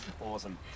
Awesome